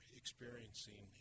experiencing